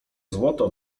złoto